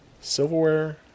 silverware